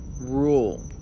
rule